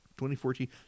2014